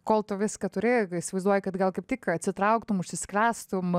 kol tu viską turi įsivaizduoji kad gal kaip tik atsitrauktum užsisklęstum